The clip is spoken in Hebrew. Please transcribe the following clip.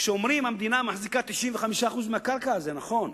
כשאומרים שהמדינה מחזיקה 90% מהקרקע, זה נכון.